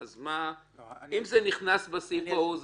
אם זה נכנס בסעיף ההוא,